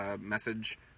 message